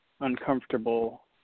uncomfortable